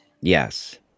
Yes